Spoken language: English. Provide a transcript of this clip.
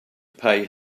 pay